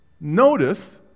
Notice